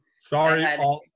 Sorry